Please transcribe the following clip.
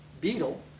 beetle